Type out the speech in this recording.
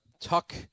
Tuck